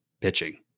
pitching